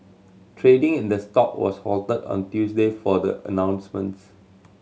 trading in the stock was halted on Tuesday for the announcements